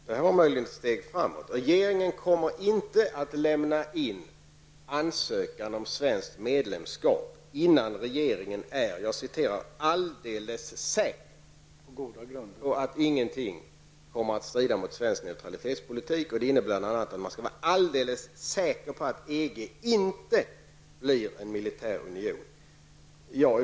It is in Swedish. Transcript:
Herr talman! Det här är möjligen ett steg framåt. Regeringen kommer inte att lämna in en ansökan om svenskt medlemskap, förrän regeringen är på goda grunder alldeles säker på att ingenting kommer att strida mot svensk neutralitetspolitik. Det innebär bl.a. att man skall vara alldeles säker på att EG inte blir en militärunion.